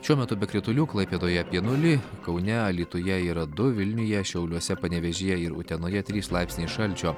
šiuo metu be kritulių klaipėdoje apie nulį kaune alytuje yra du vilniuje šiauliuose panevėžyje ir utenoje trys laipsniai šalčio